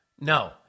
No